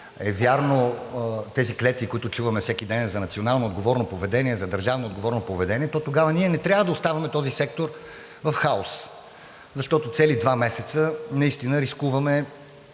са верни тези клетви, които чуваме всеки ден за национално отговорно поведение, за държавно отговорно поведение, то тогава ние не трябва да оставяме този сектор в хаос, защото цели два месеца наистина рискуваме,